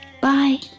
Bye